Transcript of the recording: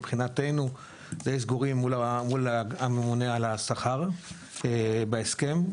מבחינתנו די סגורים מול הממונה על השכר בסוגיית ההסכם,